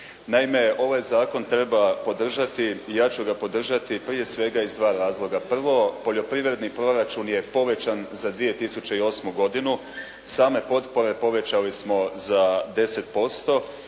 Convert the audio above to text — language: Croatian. Naime, ovaj zakon treba podržati i ja ću ga podržati prije svega iz dva razloga. Prvo, poljoprivredni proračun je povećan za 2008. godinu. Same potpore povećali smo za 10%